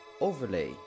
overlay